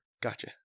Gotcha